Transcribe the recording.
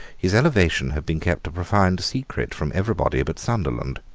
his elevation had been kept a profound secret from everybody but sunderland.